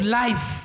life